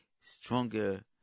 stronger